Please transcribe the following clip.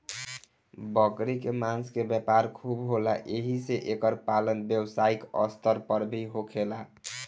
बकरी के मांस के व्यापार खूब होला एही से एकर पालन व्यवसायिक स्तर पर भी होखेला